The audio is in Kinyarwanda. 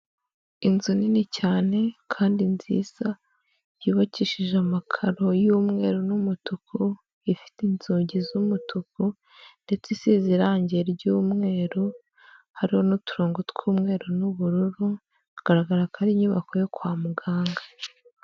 Inzu nini cyane kandi nziza yubakishije amakaro y'umweru n'umutuku, ifite inzugi z'umutuku ndetse isize irangiye ry'umweru hari n'uturongo tw'umweru n'ubururu bigaragara ko ari inyubako yo kwa muganga.